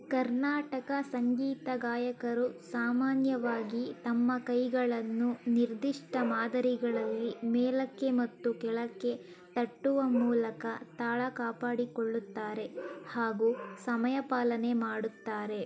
ಕರ್ನಾಟಕ ಸಂಗೀತ ಗಾಯಕರು ಸಾಮಾನ್ಯವಾಗಿ ತಮ್ಮ ಕೈಗಳನ್ನು ನಿರ್ದಿಷ್ಟ ಮಾದರಿಗಳಲ್ಲಿ ಮೇಲಕ್ಕೆ ಮತ್ತು ಕೆಳಕ್ಕೆ ತಟ್ಟುವ ಮೂಲಕ ತಾಳ ಕಾಪಾಡಿಕೊಳ್ಳುತ್ತಾರೆ ಹಾಗೂ ಸಮಯ ಪಾಲನೆ ಮಾಡುತ್ತಾರೆ